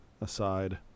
aside